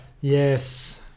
Yes